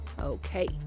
Okay